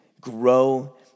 grow